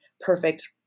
perfect